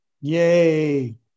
Yay